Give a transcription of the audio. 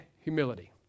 humility